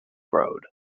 road